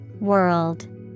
World